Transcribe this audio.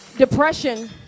Depression